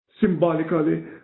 symbolically